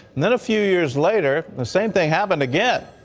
then, a few years later, the same thing happened again.